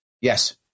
Yes